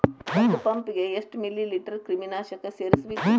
ಒಂದ್ ಪಂಪ್ ಗೆ ಎಷ್ಟ್ ಮಿಲಿ ಲೇಟರ್ ಕ್ರಿಮಿ ನಾಶಕ ಸೇರಸ್ಬೇಕ್?